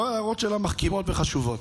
לא, ההערות שלה מחכימות וחשובות.